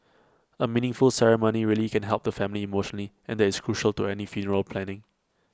A meaningful ceremony really can help the family emotionally and that is crucial to any funeral planning